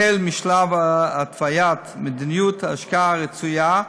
החל משלב התוויית מדיניות השקעה רצויה,